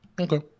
Okay